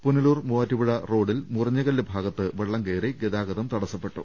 പുനലൂർ മൂവാറ്റുപുഴ റോഡിൽ മുറിഞ്ഞകല്ല് ഭാഗത്ത് വെള്ളം കയറി ഗ്താഗതം തടസ്സപ്പെട്ടു